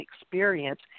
experience